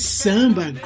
samba